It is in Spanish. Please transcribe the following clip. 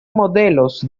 modelos